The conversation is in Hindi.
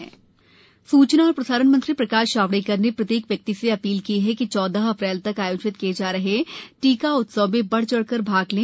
जावडेकर अपील सूचना और प्रसारण मंत्री प्रकाश जावडेकर ने प्रत्येक व्यक्ति से अपील की है कि चौदह अप्रैल तक आयोजित किए जा रहे टीका उत्सव में बढ़ चढ कर भाग लें